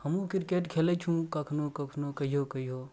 हमहूँ किरकेट खेलै छी कखनो कखनो कहिओ कहिओ